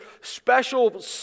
special